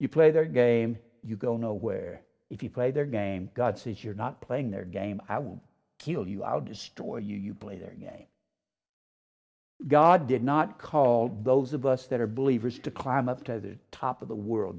you play their game you go nowhere if you play their game god says you're not playing their game i will kill you i'll destroy you play their game god did not call those of us that are believers to climb up to the top of the world